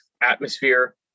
atmosphere